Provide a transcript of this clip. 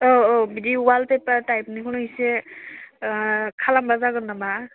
औ औ बिदि वालपेपार टाइपनिखौनो इसे खालामोबा जागोन नामा